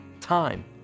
time